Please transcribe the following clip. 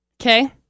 Okay